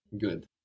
Good